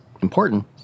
important